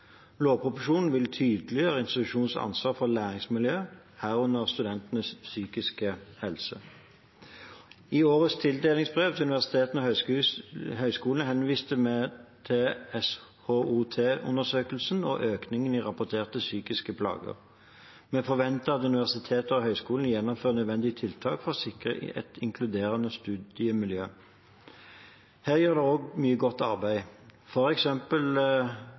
vil tydeliggjøre institusjonenes ansvar for læringsmiljø, herunder studentenes psykiske helse. I årets tildelingsbrev til universitetene og høyskolene henviste vi til SHoT-undersøkelsen og økningen i rapporterte psykiske plager. Vi forventer at universitetene og høyskolene gjennomfører nødvendige tiltak for å sikre et inkluderende studiemiljø. Her gjøres det også mye godt arbeid.